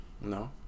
No